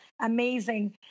amazing